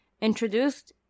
introduced